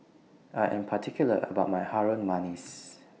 I Am particular about My Harum Manis